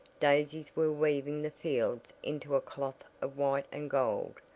daisies were weaving the fields into a cloth of white and gold,